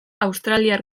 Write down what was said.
australiar